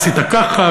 עשית ככה,